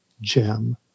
gem